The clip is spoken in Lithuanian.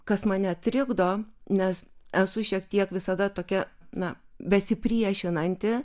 kas mane trikdo nes esu šiek tiek visada tokia na besipriešinanti